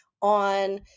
on